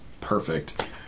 perfect